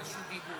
דיבור,